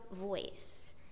voice